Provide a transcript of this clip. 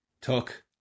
took